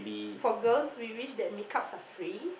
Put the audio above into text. for girls we wish that make-ups are free